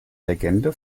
legende